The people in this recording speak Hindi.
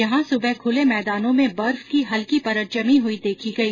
यहॉ सुबह खुले मैदानों में बर्फ की हल्की परत जमी हुई देखी गई